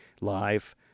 live